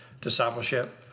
discipleship